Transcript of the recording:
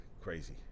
Crazy